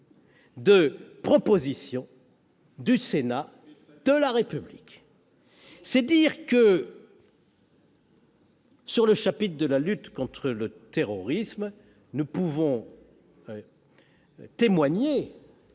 de propositions du Sénat de la République. C'est dire que, sur le chapitre de la lutte contre le terrorisme, nous pouvons témoigner,